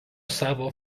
savo